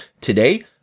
Today